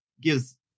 gives